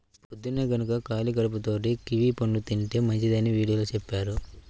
పొద్దన్నే గనక ఖాళీ కడుపుతో కివీ పండుని తింటే మంచిదని వీడియోలో చెప్పారు